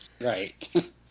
Right